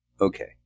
okay